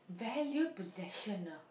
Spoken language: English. valued possession ah